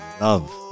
love